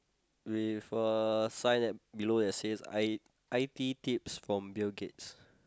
with a sign that below that say I I_T tips from Bill-Gates